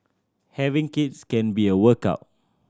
having kids can be a workout